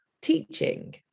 teaching